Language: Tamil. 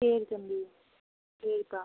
சரி தம்பி சரிப்பா